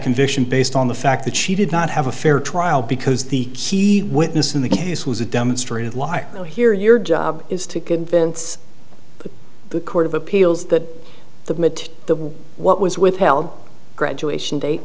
conviction based on the fact that she did not have a fair trial because the key witness in the case was a demonstrated lie so here your job is to convince the court of appeals that the the what was withheld graduation da